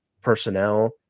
personnel